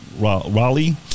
Raleigh